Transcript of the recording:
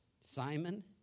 Simon